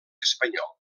espanyol